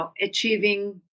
achieving